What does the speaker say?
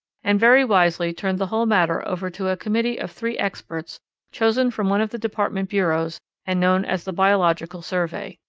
and very wisely turned the whole matter over to a committee of three experts chosen from one of the department bureaus and known as the biological survey.